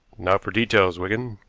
now for details, wigan.